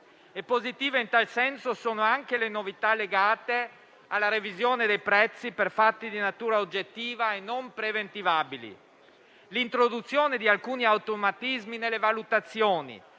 Positive in tal senso sono anche le novità legate alla revisione dei prezzi per fatti di natura oggettiva e non preventivabili, come l'introduzione di alcuni automatismi nelle valutazioni